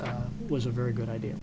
it was a very good idea